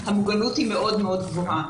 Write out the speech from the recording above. המוגנות היא מאוד מאוד גבוהה,